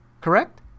correct